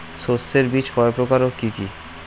শস্যের বীজ কয় প্রকার ও কি কি?